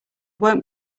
won’t